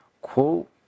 quote